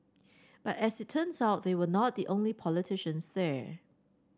but as it turns out they were not the only politicians there